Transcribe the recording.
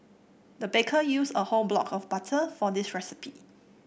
the baker used a whole block of butter for this recipe